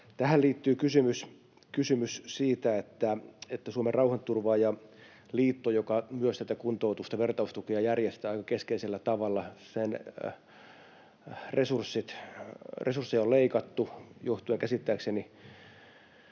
Tähän liittyy kysymys siitä, että Suomen Rauhanturvaajaliiton, joka myös tätä kuntoutusta ja vertaistukea järjestää aika keskeisellä tavalla, resursseja on leikattu johtuen käsittääkseni